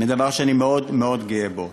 זה דבר שאני מאוד מאוד גאה בו.